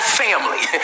family